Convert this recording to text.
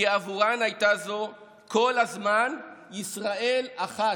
כי עבורם הייתה זו כל הזמן ישראל אחת.